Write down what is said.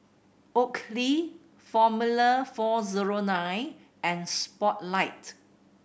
Oakley Formula Four Zero Nine and Spotlight